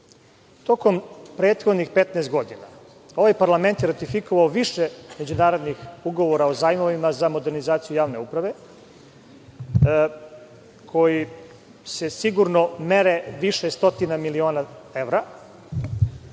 prethodnih 15 godina ovaj parlament je ratifikovao više međunarodnih ugovora o zajmovima za modernizaciju javne uprave koji se sigurno mere više stotinama miliona evra.